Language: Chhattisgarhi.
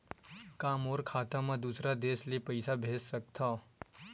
का मोर खाता म दूसरा देश ले पईसा भेज सकथव?